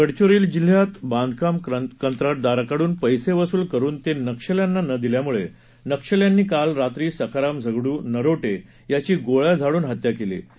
गडविरोली जिल्ह्यात बांधकाम कंत्राटदाराकडून पैसविसूल करुन तत्रिक्षल्यांना न दिल्यामुळत्रिक्षल्यांनी काल रात्री सखाराम झगडू नरोट व्राची गोळ्या झाडून हत्या क्वी